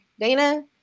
Dana